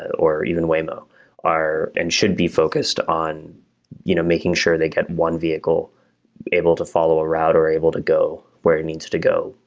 or even waymo are and should be focused on you know making sure they get one vehicle able to follow a route, or able to go where it needs to go.